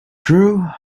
drew